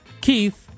Keith